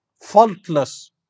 faultless